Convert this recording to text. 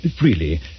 freely